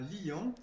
Lyon